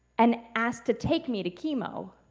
and ask to take me to chemo